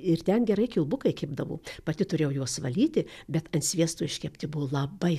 ir ten gerai kilbukai kibdavo pati turėjau juos valyti bet ant sviesto iškepti buvo labai